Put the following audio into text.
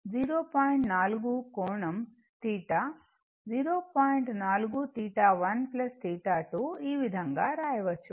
4 1 2 ఈ విధంగా వ్రాయవచ్చు